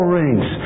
rings